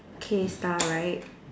K star right